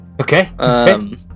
Okay